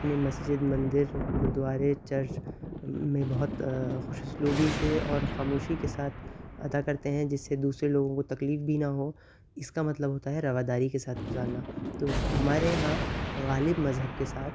اپنے مسجد مندر گرودوارے چرچ میں بہت خوش اسلوبی سے اور خاموشی کے ساتھ ادا کرتے ہیں جس سے دوسرے لوگوں کو تکلیف بھی نہ ہو اس کا مطلب ہوتا ہے رواداری کے ساتھ گزارنا تو ہمارے یہاں غالب مذہب کے ساتھ